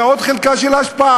זו עוד חלקה של השפעה.